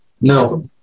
No